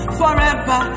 forever